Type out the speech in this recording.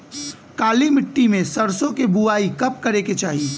काली मिट्टी में सरसों के बुआई कब करे के चाही?